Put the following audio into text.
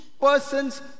person's